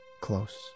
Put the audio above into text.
Close